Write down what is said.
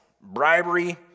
bribery